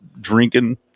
drinking